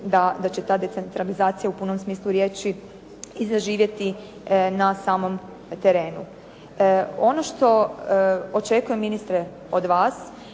da će ta decentralizacija u punom smislu riječi i zaživjeti na samom terenu. Ono što očekujem ministre od vas